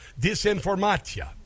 Disinformatia